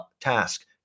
task